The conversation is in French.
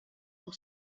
pour